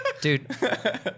Dude